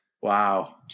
Wow